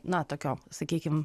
na tokiu sakykim